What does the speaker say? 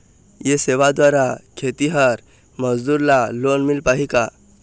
ये सेवा द्वारा खेतीहर मजदूर ला लोन मिल पाही का?